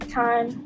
time